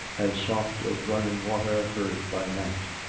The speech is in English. as soft as running water heard by night.